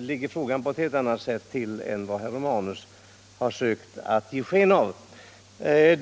ligger frågan till på ett helt annat sätt än herr Romanus har försökt ge sken av.